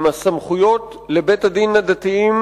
סעיף 6, עם הסמכויות לבתי-הדין הדתיים,